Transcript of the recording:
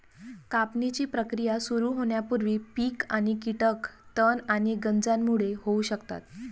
कापणीची प्रक्रिया सुरू होण्यापूर्वी पीक आणि कीटक तण आणि गंजांमुळे होऊ शकतात